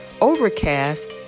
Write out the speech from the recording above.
Overcast